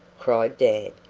cried dan.